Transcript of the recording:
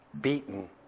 beaten